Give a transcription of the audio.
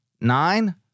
Nine